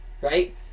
right